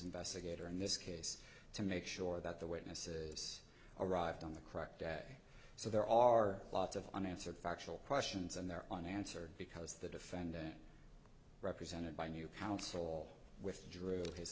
investigator in this case to make sure that the witnesses arrived on the correct day so there are lots of unanswered factual questions and their own answer because the defendant represented by new counsel withdrew his